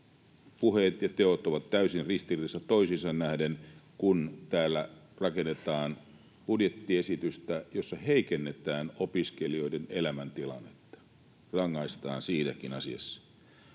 Puheet ja teot ovat täysin ristiriidassa toisiinsa nähden, kun täällä rakennetaan budjettiesitystä, jossa heikennetään opiskelijoiden elämäntilannetta, rangaistaan siinäkin asiassa.